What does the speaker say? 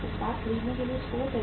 उत्पाद खरीदने के लिए स्टोर करें